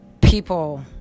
People